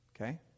Okay